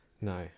no